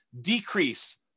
decrease